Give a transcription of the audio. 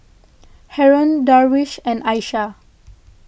Haron Darwish and Aisyah